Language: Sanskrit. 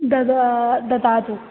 ददातु ददातु